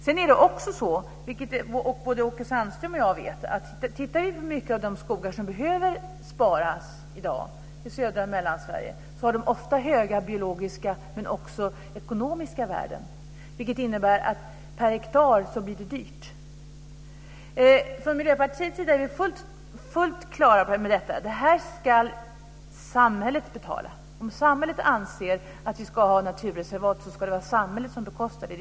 Sedan är det också så, vilket både Åke Sandström och jag vet, att många av de skogar som behöver sparas i dag i södra Sverige och i Mellansverige ofta har höga biologiska men också ekonomiska värden. Det innebär att det blir dyrt per hektar. Från Miljöpartiets sida är vi fullt klara över att detta ska samhället betala. Om samhället anser att vi ska ha naturreserverat ska samhället bekosta det.